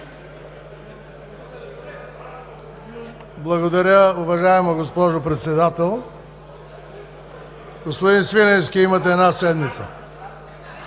Благодаря, уважаема госпожо Председател. Господин Свиленски, имате една седмица!